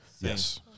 Yes